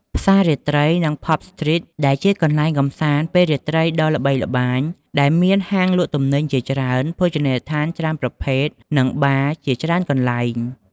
ផ្សាររាត្រីនិងផាប់ស្ទ្រីត ដែលជាកន្លែងកម្សាន្តពេលរាត្រីដ៏ល្បីល្បាញ ដែលមានហាងលក់ទំនិញជាច្រើន ភោជនីយដ្ឋានច្រើនប្រភេទ និងបារ ជាច្រើនកន្លែង។